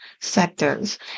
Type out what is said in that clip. sectors